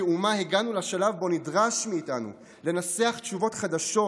כאומה הגענו לשלב שבו נדרש מאיתנו לנסח תשובות חדשות,